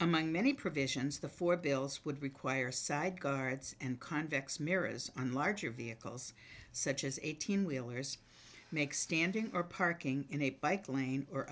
among many provisions the four bills would require side guards and convex mirrors on larger vehicles such as eighteen wheelers make standing for parking in a bike lane or